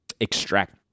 extract